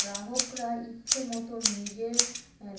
গ্রাহকরা ইচ্ছে মতন নিজের